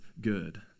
good